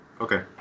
Okay